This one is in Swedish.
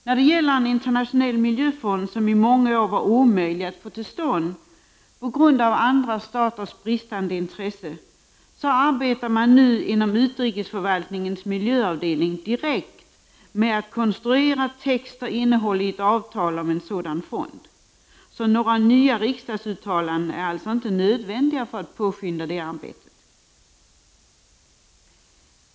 När det gäller en internationell miljöfond, som i många år var omöjlig att få till stånd på grund av andra staters bristande intresse, arbetar man nu inom utrikesförvaltningens miljöavdelning direkt med att konstruera text och innehåll i ett avtal om en sådan fond. Några nya riksdagsuttalanden är alltså inte nödvändiga för att påskynda det arbetet.